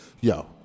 yo